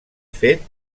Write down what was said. fet